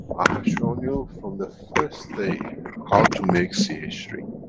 shown you from the first day how to make c h three.